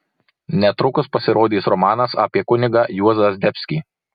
netrukus pasirodys romanas apie kunigą juozą zdebskį